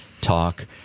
talk